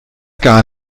gar